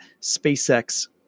SpaceX